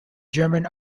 german